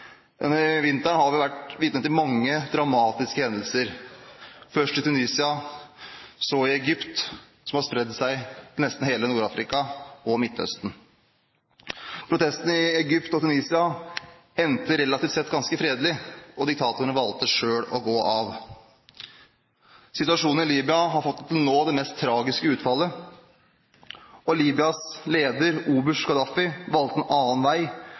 Denne vinteren har vi vært vitne til mange dramatiske hendelser – først i Tunisia, så i Egypt – som har spredt seg til nesten hele Nord-Afrika og Midtøsten. Protestene i Egypt og Tunisia endte relativt sett ganske fredelig, og diktatorene valgte selv å gå av. Situasjonen i Libya har fått – til nå – det mest tragiske utfallet. Libyas leder, oberst Gaddafi, valgte en annen vei